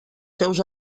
seus